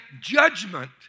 judgment